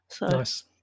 Nice